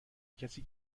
کسی